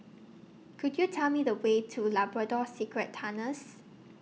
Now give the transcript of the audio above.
Could YOU Tell Me The Way to Labrador Secret Tunnels